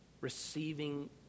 receiving